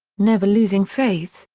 never losing faith,